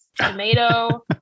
tomato